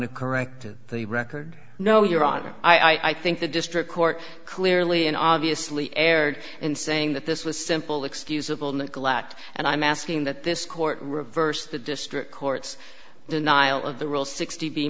to correct the record no your honor i think the district court clearly and obviously erred in saying that this was simple excusable neglect and i'm asking that this court reversed the district court's denial of the rule sixty b